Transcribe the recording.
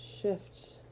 shift